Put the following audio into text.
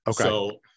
Okay